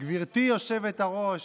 גברתי היושבת-ראש,